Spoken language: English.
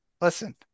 Listen